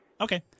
Okay